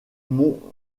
mon